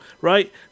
right